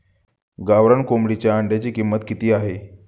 गावरान कोंबडीच्या अंड्याची किंमत किती आहे?